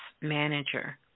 manager